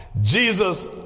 Jesus